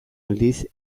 aldiz